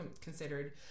considered